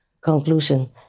conclusion